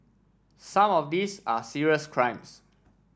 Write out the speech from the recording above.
some of these are serious crimes